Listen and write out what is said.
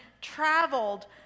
traveled